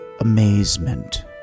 amazement